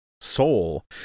soul